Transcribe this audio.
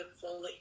fully